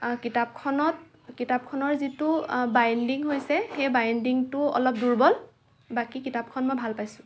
কিতাপখনত কিতাপখনৰ যিটো বাইণ্ডিং হৈছে সেই বাইণ্ডিংটো অলপ দুৰ্বল বাকী কিতাপখন মই ভাল পাইছোঁ